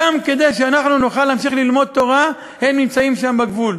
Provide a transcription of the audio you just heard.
גם כדי שאנחנו נוכל להמשיך ללמוד תורה הם נמצאים שם בגבול,